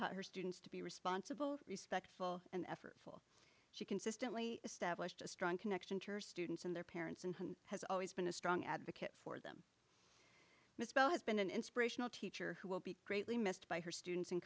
her students to be responsible respectful and effortful she consistently established a strong connection to her students and their parents and has always been a strong advocate for them misspell has been an inspirational teacher who will be greatly missed by her students and